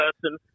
person